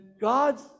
God's